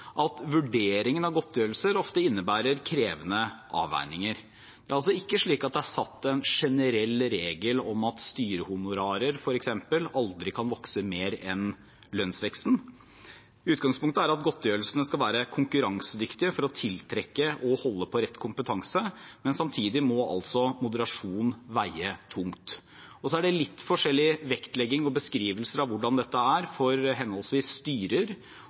at vurderingen av godtgjørelser ofte innebærer krevende avveininger. Det er ikke slik at det er satt en generell regel om at styrehonorarer f.eks. aldri kan vokse mer enn lønnsveksten. Utgangspunktet er at godtgjørelsene skal være konkurransedyktige for å tiltrekke og holde på rett kompetanse, men samtidig må moderasjon veie tungt. Det er litt forskjellig vektlegging og forskjellige beskrivelser av hvordan dette er for henholdsvis styrer